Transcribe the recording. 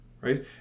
right